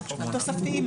שמונה.